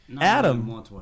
Adam